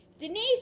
Denise